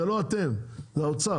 זה לא אתם זה האוצר,